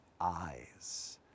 eyes